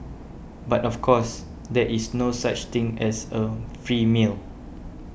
but of course there is no such thing as a free meal